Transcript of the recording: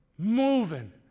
moving